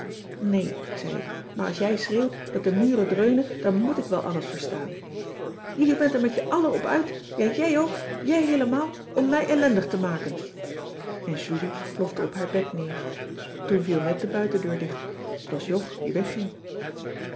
nee zei ik maar als jij schreeuwt dat de muren dreunen dan moèt ik wel alles verstaan jullie bent er met je allen op uit ja jij ook jij heelemaal om mij ellendig te maken en julie plofte op haar bed neer toen viel net de buitendeur dicht t was jog die wegging